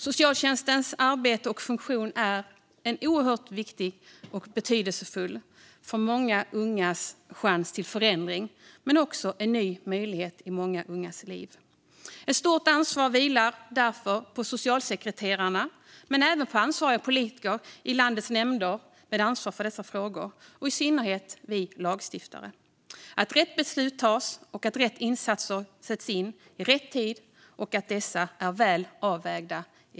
Socialtjänstens arbete och funktion är oerhört viktiga och betydelsefulla för många ungas chans till förändring men också för en ny möjlighet i många ungas liv. Ett stort ansvar vilar därför på socialsekreterarna, men även på ansvariga politiker i landets nämnder med ansvar för dessa frågor. Ansvaret vilar också i synnerhet på oss lagstiftare. Det är viktigt att rätt beslut fattas, att rätt insatser sätts in i rätt tid och att dessa är väl avvägda.